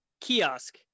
kiosk